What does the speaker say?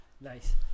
Nice